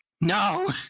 no